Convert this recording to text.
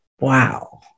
wow